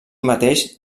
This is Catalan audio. mateix